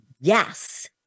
yes